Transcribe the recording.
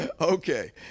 Okay